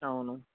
అవును